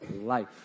life